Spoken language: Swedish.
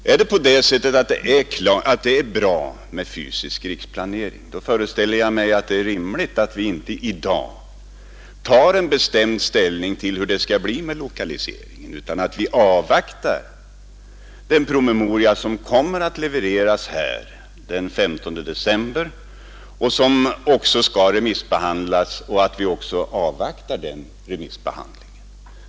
Är det på det sättet att det är bra med fysisk riksplanering, då föreställer jag mig att det är rimligt att vi inte i dag tar en bestämd ställning till hur det skall bli med lokaliseringen utan att vi avvaktar den promemoria som kommer att levereras i mitten på december och som skall remissbehandlas samt att vi också avvaktar remissbehandlingen.